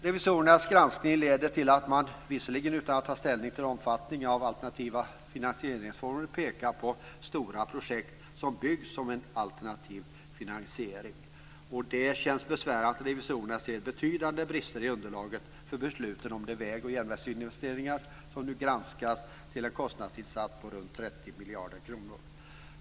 Revisorernas granskning leder till att man - visserligen utan att ta ställning till omfattningen av alternativa finansieringsformer - pekar på stora projekt som byggs med hjälp av alternativa finansieringsformer. Det känns besvärande att revisorerna ser betydande brister i underlaget för de beslut som nu granskas angående väg och järnvägsinvesteringar till en kostnadsinsats på runt 30 miljarder kronor.